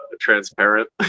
transparent